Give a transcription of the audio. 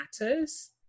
matters